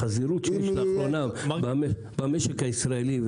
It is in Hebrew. החזירות שיש לאחרונה במשק הישראלי,